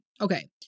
Okay